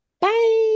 bye